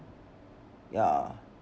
yeah